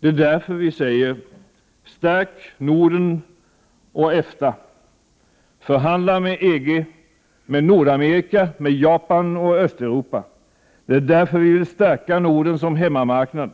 Det är därför vi säger: Stärk Norden och EFTA -— förhandla med EG, Nordamerika, Japan och Östeuropa! Det är därför vi vill stärka Norden som hemmamarknad